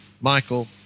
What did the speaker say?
Michael